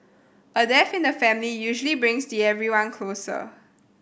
a death in the family usually brings the everyone closer